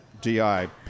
DI